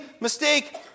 mistake